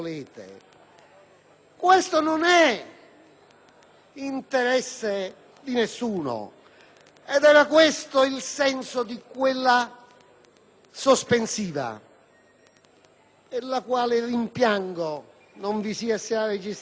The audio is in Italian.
interesse di nessuno, ed era questo il senso della questione sospensiva, per la quale rimpiango non si sia registrato qualche consenso in più.